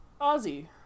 Ozzy